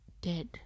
dead